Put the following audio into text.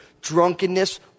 Drunkenness